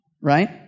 Right